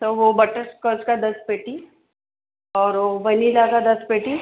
तो वो बटरस्कॉच का दस पेटी और वो वनीला का दस पेटी